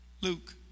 Luke